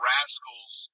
Rascals